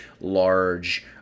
large